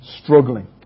struggling